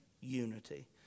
unity